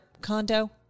condo